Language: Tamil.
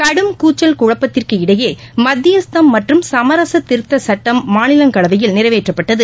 கடும் கூச்சல் குழப்பத்திற்கு இடையே மத்தியஸ்தம் மற்றும் சமரச திருத்த சட்ட மசோதா மாநிலங்களவையில் நிறைவேற்றப்பட்டது